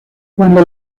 cuando